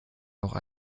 noch